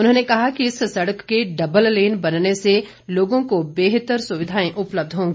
उन्होंने कहा कि इस सड़क के डब्बल लेन बनने से लोगों को बेहतर सुविधाएं उपलब्ध होगी